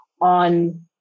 on